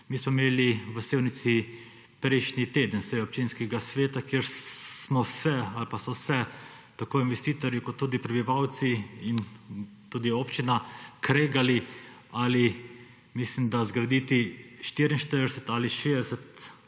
Mi smo imeli v Sevnici prejšnji teden sejo občinskega sveta, kjer smo se ali pa so se tako investitorji kot tudi prebivalci in tudi občina kregali, ali – mislim da – zgraditi 44 ali 60